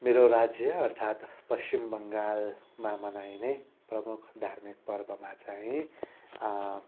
मेरो राज्य अर्थात् पश्चिम बङ्गालमा मनाइने प्रमुख धार्मिक पूर्वमा चाहिँ